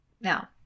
Now